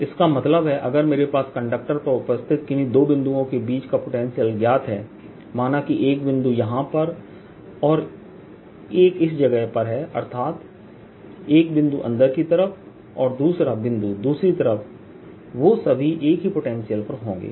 इसका मतलब है अगर मेरे पास कंडक्टर पर उपस्थित किन्हीं दो बिंदुओं के बीच का पोटेंशियल ज्ञात है माना कि एक बिंदु यहां पर और एक इस जगह पर है अर्थात एक बिंदु अंदर की तरफ और दूसरा बिंदु दूसरी तरफ वे सभी एक ही पोटेंशियल पर होंगे